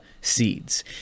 seeds